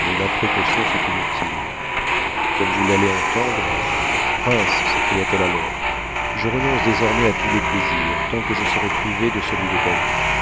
mais ma précaution fut inutile comme vous l'allez entendre prince s'écria-t-elle alors je renonce désormais à tous les plaisirs tant que je serai privée de celui de ta vue